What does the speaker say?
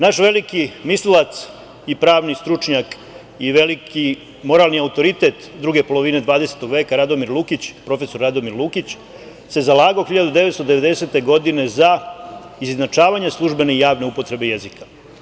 Naš veliki mislilac i pravni stručnjak i veliki moralni autoritet druge polovine 20. veka profesor Radomir Lukić se zalagao 1990. godine za izjednačavanje službene i javne upotrebe jezika.